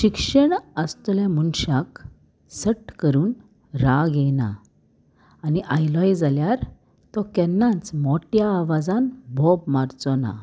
शिक्षण आसतल्या मुनशाक सट करून राग येयना आनी आयलोय जाल्यार तो केन्नाच मोट्या आवाजान बोब मारचो ना